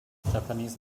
japanese